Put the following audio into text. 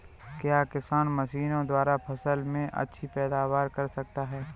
क्या किसान मशीनों द्वारा फसल में अच्छी पैदावार कर सकता है?